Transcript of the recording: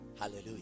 Hallelujah